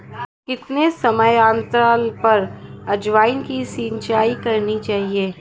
कितने समयांतराल पर अजवायन की सिंचाई करनी चाहिए?